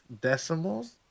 decimals